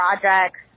projects